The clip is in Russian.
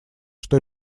что